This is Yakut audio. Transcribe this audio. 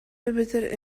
эбэтэр